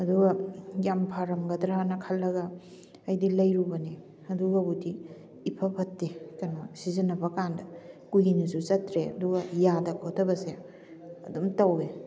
ꯑꯗꯨꯒ ꯌꯥꯝ ꯐꯔꯝꯒꯗ꯭ꯔꯥꯅ ꯈꯜꯂꯒ ꯑꯩꯗꯤ ꯂꯩꯔꯨꯕꯅꯦ ꯑꯗꯨꯒꯕꯨꯗꯤ ꯏꯐꯠ ꯐꯠꯇꯦ ꯀꯩꯅꯣ ꯁꯤꯖꯤꯟꯅꯕ ꯀꯥꯟꯗ ꯀꯨꯏꯅꯁꯨ ꯆꯠꯇ꯭ꯔꯦ ꯑꯗꯨꯒ ꯌꯥꯗ ꯈꯣꯠꯇꯕꯁꯦ ꯑꯗꯨꯝ ꯇꯧꯋꯦ